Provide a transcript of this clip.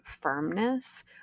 firmness